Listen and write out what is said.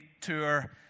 tour